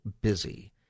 busy